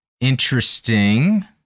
Interesting